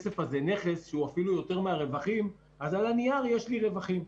היום אתה עוצר או שתחזיר את הכסף או שתשלם על הכול מס רטרואקטיבית.